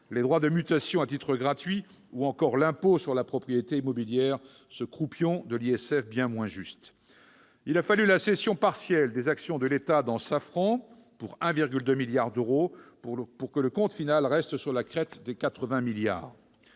les droits de mutation à titre gratuit ou encore l'impôt sur la propriété immobilière, ce croupion de l'ISF bien moins juste. Il a fallu la cession partielle des actions de l'État dans Safran, à hauteur de 1,2 milliard d'euros, pour que le compte final reste sur la crête des 80 milliards